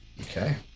Okay